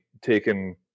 taken